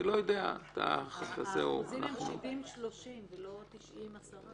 האחוזים הם 30%-70% ולא 10%-90%.